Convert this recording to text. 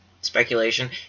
speculation